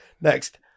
Next